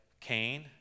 Cain